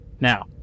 Now